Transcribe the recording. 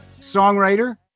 songwriter